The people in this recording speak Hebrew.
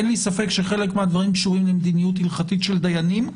אין לי ספק שחלק מהדברים קשורים למדיניות הלכתית של דיינים,